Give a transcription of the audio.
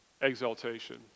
exaltation